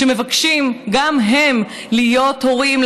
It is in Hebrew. שמבקשים גם הם להיות הורים,